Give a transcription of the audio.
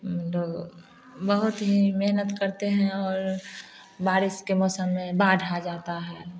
हम लोग बहुत ही मेहनत करते हैं और बारिश के मौसम में बाढ़ आ जाता है